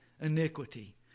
iniquity